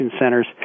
centers